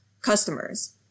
customers